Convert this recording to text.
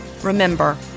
Remember